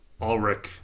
Ulrich